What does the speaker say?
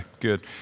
good